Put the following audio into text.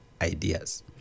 ideas